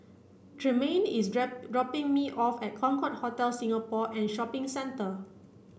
Tremayne is dropping me off at Concorde Hotel Singapore and Shopping Centre